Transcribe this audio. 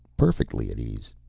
perfectly at ease.